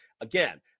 again